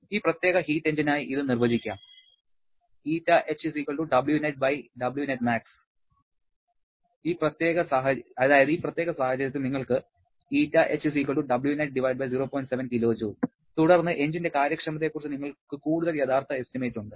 ഈ പ്രത്യേക ഹീറ്റ് എഞ്ചിനായി ഇത് നിർവചിക്കാം അതായത് ഈ പ്രത്യേക സാഹചര്യത്തിൽ നിങ്ങൾക്ക് തുടർന്ന് എഞ്ചിന്റെ കാര്യക്ഷമതയെക്കുറിച്ച് നിങ്ങൾക്ക് കൂടുതൽ യഥാർത്ഥ എസ്റ്റിമേറ്റ് ഉണ്ട്